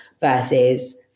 versus